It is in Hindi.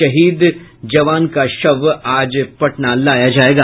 शहीद जवान का शव आज पटना लाया जायेगा